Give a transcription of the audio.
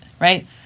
Right